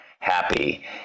happy